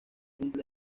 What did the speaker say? junto